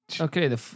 Okay